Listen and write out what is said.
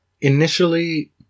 initially